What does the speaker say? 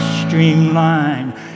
streamlined